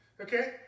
Okay